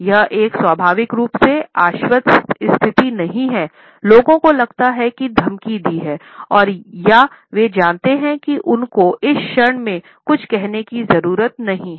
यह एक स्वाभाविक रूप से आश्वस्त स्थिति नहीं है लोगों को लगता है धमकी दी है या वे जानते हैं कि उनको इस क्षण में कुछ कहने की जरूरत नहीं है